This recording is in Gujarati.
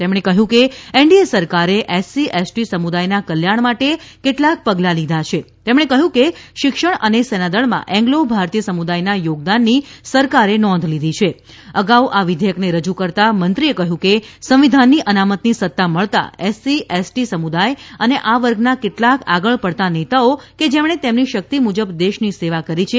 તેમણે કહ્યું કે એનડીએ સરકારે એસસી એસટી સમુદાયના કલ્યાણ માટે કેટલાક પગલાં લીધાં છે તેમણે કહ્યું કે શિક્ષણ અને સેનાદળમાં એંગ્લો ભારતીય સમુદાયના થોગદાનની સરકારે નોંધ લીધી છે અગાઉ આ વિધેયકને રજૂ કરતાં મંત્રીએ કહ્યું કે સંવિધાનની અનામતની સત્તા મળતાં એસસી એસટી સમુદાય અને આ વર્ગના કેટલાક આગળ પડતા નેતાઓ કે જેમણે તેમની શક્તિ મુજબ દેશની સેવા કરી છે